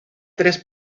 tres